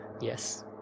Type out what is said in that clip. Yes